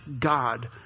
God